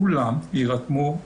כולם ירתמו,